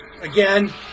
Again